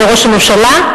לראש הממשלה,